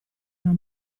una